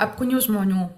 apkūnių žmonių